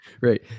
right